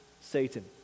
satan